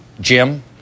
Jim